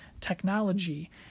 technology